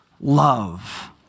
love